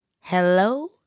hello